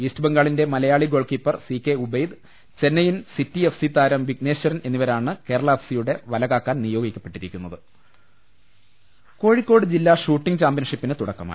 ഈസ്റ്റ്ബംഗാളിന്റെ Malayali goalkeeper C K Ubaid Chennaiyin city F C താരം പ്രവിഘ്നേശ്വരൻ എന്നിവരാണ് Kerala F സിയുടെ വല് കാക്കാൻ നിയോഗികപ്പെട്ടിരിക്കുന്നത് കോഴിക്കോട് ജില്ലാ ഷൂട്ടിംഗ് ചാമ്പ്യൻഷിപ്പിന് തുടക്കമായി